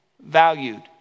valued